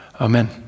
Amen